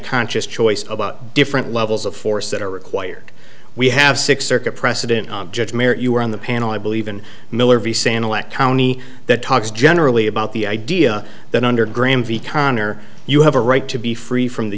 conscious choice about different levels of force that are required we have six circuit precedent judge mary you were on the panel i believe in miller v sanal at county that talks generally about the idea that under graham v connor you have a right to be free from the